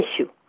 issue